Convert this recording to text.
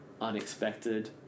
unexpected